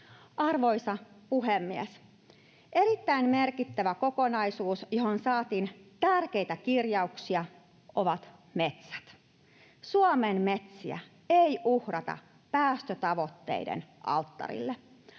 Arvoisa puhemies! Erittäin merkittävä kokonaisuus, johon saatiin tärkeitä kirjauksia, on metsät. Suomen metsiä ei uhrata päästötavoitteiden alttarille.